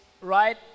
right